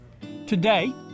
Today